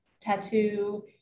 tattoo